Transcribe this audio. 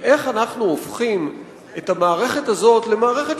היא איך אנחנו הופכים את המערכת הזאת למערכת